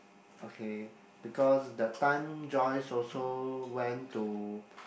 okay because that time Joyce also went to